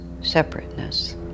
separateness